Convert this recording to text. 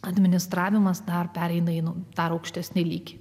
administravimas dar pereina einu dar aukštesnį lygį